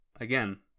again